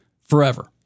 forever